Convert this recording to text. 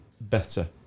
better